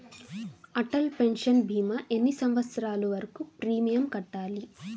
Atal pension భీమా ఎన్ని సంవత్సరాలు వరకు ప్రీమియం కట్టాలి?